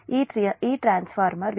ఈ ట్రాన్స్ఫార్మర్ విషయం j0